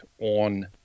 on